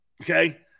okay